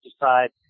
decide